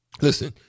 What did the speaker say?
Listen